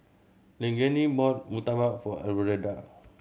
Leilani bought murtabak for Alverda